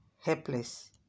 helpless